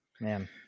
Man